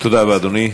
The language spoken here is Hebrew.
תודה רבה, אדוני.